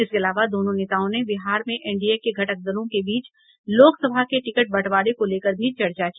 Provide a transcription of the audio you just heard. इसके अलावा दोनों नेताओं ने बिहार में एनडीए के घटक दलों के बीच लोकसभा के टिकट बंटवारे को लेकर भी चर्चा की